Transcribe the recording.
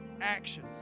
action